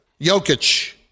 Jokic